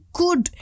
good